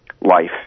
life